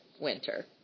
winter